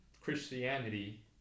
Christianity